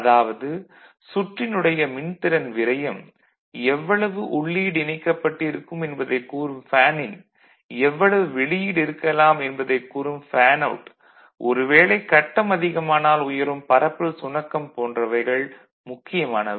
அதாவது சுற்றினுடைய மின்திறன் விரயம் எவ்வளவு உள்ளீடு இணைக்கப்பட்டிருக்கும் என்பதைக் கூறும் ஃபேன் இன் எவ்வளவு வெளியீடு இருக்கலாம் என்பதைக் கூறும் ஃபேன் அவுட் ஒரு வேளை கட்டம் அதிகமானால் உயரும் பரப்பல் சுணக்கம் போன்றவைகள் முக்கியமானவை